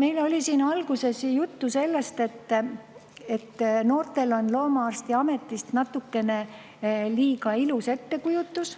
Meil oli alguses juttu sellest, et noortel on loomaarstiametist natukene liiga ilus ettekujutus.